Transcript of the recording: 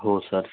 हो सर